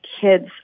kids